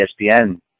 espn